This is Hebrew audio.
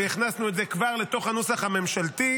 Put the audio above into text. והכנסנו את זה כבר לתוך הנוסח הממשלתי.